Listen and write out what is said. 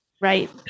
Right